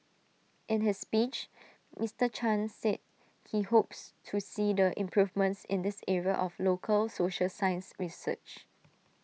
in his speech Mister chan said he hopes to see the improvements in this area of local social science research